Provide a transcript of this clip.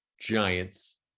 Giants